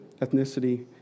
ethnicity